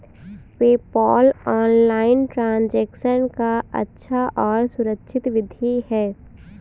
PayPal online transaction का अच्छा और सुरक्षित विधि है